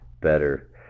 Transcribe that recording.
better